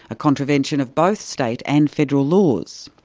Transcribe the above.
a contravention of both state and federal laws.